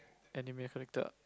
anime character ah